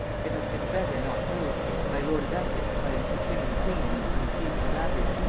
it had been better not moved, for my lord of essex, by importuning the queen in these unpleasing matters,